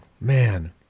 man